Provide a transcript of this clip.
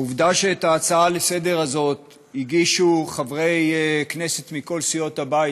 העובדה שאת ההצעה הזאת הגישו חברי הכנסת מכל סיעות הבית,